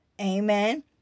amen